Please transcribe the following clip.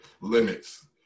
limits